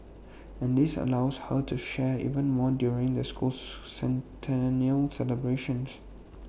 and this allows her to share even more during the school's centennial celebrations